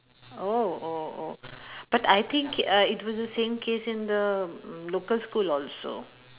oh oh oh but I think uh it was the same case in the local school also